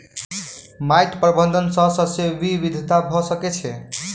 माइट प्रबंधन सॅ शस्य विविधता भ सकै छै